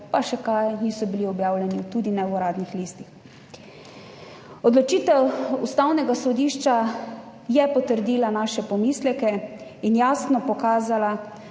pa še česa, niso bili objavljeni tudi ne v uradnih listih. Odločitev Ustavnega sodišča je potrdila naše pomisleke in jasno pokazala,